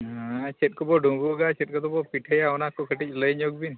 ᱦᱮᱸ ᱪᱮᱫ ᱠᱚᱵᱚᱱ ᱰᱩᱵᱩᱜᱼᱟ ᱪᱮᱫ ᱠᱚᱫᱚ ᱵᱚᱱ ᱪᱤᱠᱟᱹᱭᱟ ᱚᱱᱟ ᱠᱚ ᱠᱟᱹᱴᱤᱡ ᱞᱟᱹᱭ ᱧᱚᱜ ᱵᱤᱱ